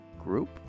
group